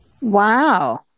Wow